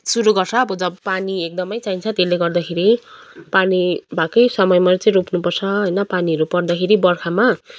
सुरु गर्छ अब जब पानी एकदमै चाहिन्छ त्यसले गर्दाखेरि पानी भएकै समयमा चाहिँ रोप्नुपर्छ होइन पानीहरू पर्दाखेरि बर्खामा